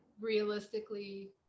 realistically